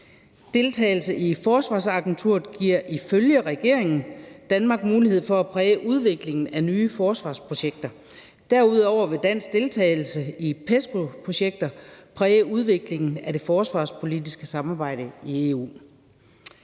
Deltagelse i Forsvarsagenturet giver ifølge regeringen Danmark mulighed for at præge udviklingen af nye forsvarsprojekter. Derudover vil dansk deltagelse i PESCO-projekter præge udviklingen af det forsvarspolitiske samarbejde i EU.